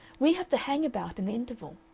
we have to hang about in the interval.